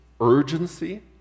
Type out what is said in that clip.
urgency